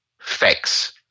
facts